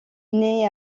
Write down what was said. naît